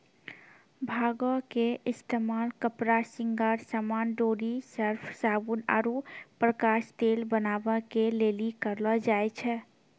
भांगो के इस्तेमाल कपड़ा, श्रृंगार समान, डोरी, सर्फ, साबुन आरु प्रकाश तेल बनाबै के लेली करलो जाय छै